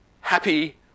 Happy